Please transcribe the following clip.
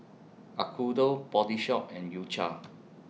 Acuto Body Shop and U Cha